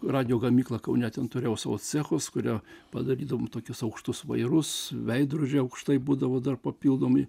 radijo gamyklą kaune ten turėjau savo cechus kurioj padarydavom tokius aukštus vairus veidrodžiai aukštai būdavo dar papildomi